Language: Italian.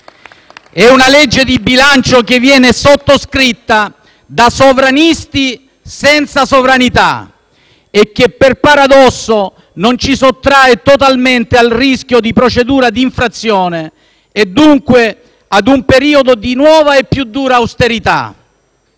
È una legge di bilancio che viene sottoscritta da sovranisti senza sovranità e che, per paradosso, non ci sottrae totalmente al rischio di procedura di infrazione, e dunque ad un periodo di nuova e più dura austerità.